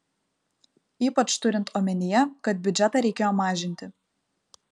ypač turint omenyje kad biudžetą reikėjo mažinti